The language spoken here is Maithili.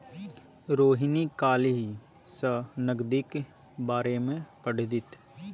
रोहिणी काल्हि सँ नगदीक बारेमे पढ़तीह